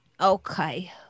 okay